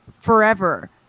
forever